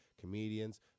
comedians